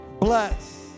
bless